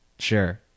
sure